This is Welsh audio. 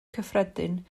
cyffredin